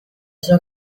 sua